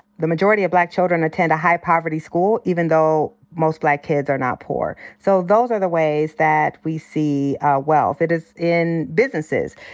the majority of black children attend a high poverty school, even though most black kids are not poor. so those are the ways that we see wealth. it is in businesses.